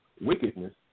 wickedness